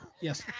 Yes